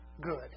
good